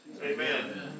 Amen